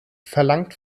verlangt